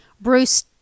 Bruce